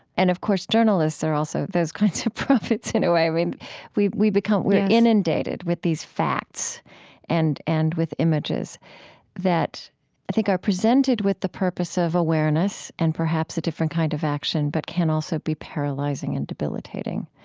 and, of course, journalists are also those kinds of prophets in a way. i mean, we we become we're inundated with these facts and and with images that i think are presented with the purpose of awareness and perhaps a different kind of action but can also be paralyzing and debilitating.